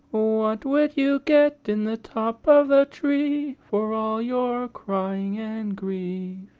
what would you get in the top of the tree for all your crying and grief?